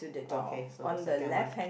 okay so the second one